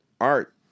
art